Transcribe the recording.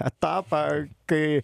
etapą kai